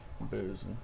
booze